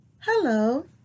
hello